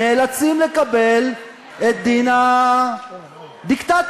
נאלצים לקבל את דין הדיקטטור.